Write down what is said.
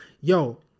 Yo